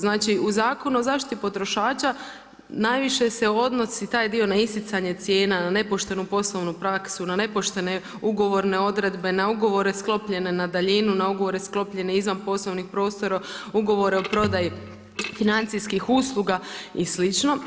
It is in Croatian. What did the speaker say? Znači u Zakonu o zaštiti potrošača najviše se odnosi taj dio na isticanje cijena, na nepoštenu poslovnu praksu, na nepoštene ugovorne odredbe, na ugovore sklopljene na daljinu, na ugovore sklopljene izvan poslovnih prostora, ugovore o prodaji financijskih usluga i slično.